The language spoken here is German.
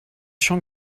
schon